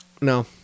No